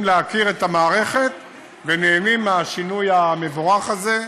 להכיר את המערכת ונהנים מהשינוי המבורך הזה.